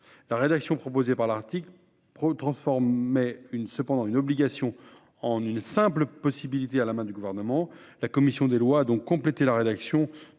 La rédaction proposée transformait cependant une obligation en une simple possibilité à la main du Gouvernement. La commission des lois a donc complété la rédaction